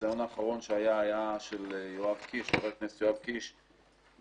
והניסיון האחרון היה של חבר הכנסת יואב קיש ב-2018.